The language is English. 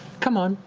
come on,